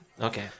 okay